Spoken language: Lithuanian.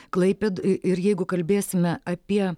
klaipėd ir jeigu kalbėsime apie